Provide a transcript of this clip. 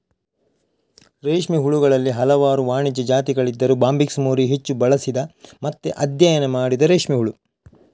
ರೇಷ್ಮೆ ಹುಳುಗಳಲ್ಲಿ ಹಲವಾರು ವಾಣಿಜ್ಯ ಜಾತಿಗಳಿದ್ದರೂ ಬಾಂಬಿಕ್ಸ್ ಮೋರಿ ಹೆಚ್ಚು ಬಳಸಿದ ಮತ್ತೆ ಅಧ್ಯಯನ ಮಾಡಿದ ರೇಷ್ಮೆ ಹುಳು